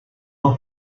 all